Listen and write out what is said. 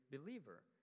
believer